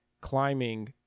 climbing